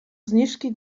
zniżki